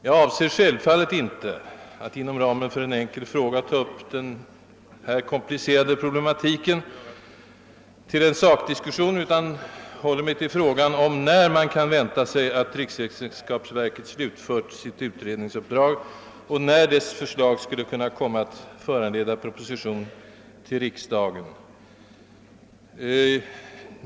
Jag avser självfallet inte att inom ramen för en enkel fråga ta upp hela denna komplicerade problematik till en sakdiskussion utan håller mig till frågan om när man kan vänta sig att riksförsäkringsverket slutfört sitt utredningsuppdrag och när ett förslag skulle kunna komma att föranleda proposition till riksdagen.